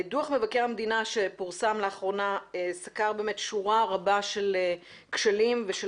דוח מבקר המדינה שפורסם לאחרונה סקר שורה ארוכה של כשלים ושל